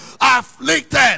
afflicted